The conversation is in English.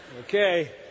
Okay